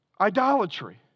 idolatry